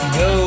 go